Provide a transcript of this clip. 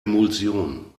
emulsion